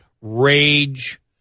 rage